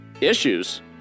Issues